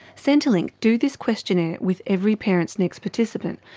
centrelink do this questionnaire with every parentsnext participant,